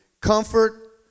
comfort